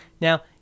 Now